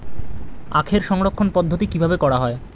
আখের সংরক্ষণ পদ্ধতি কিভাবে করা হয়?